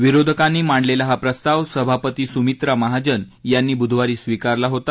विरोधकांनी मांडलेला हा प्रस्ताव सभापती सुमित्रा महाजन यांनी बूधवारी स्विकारला होता